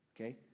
Okay